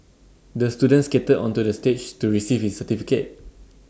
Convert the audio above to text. the student skated onto the stage to receive his certificate